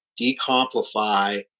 decomplify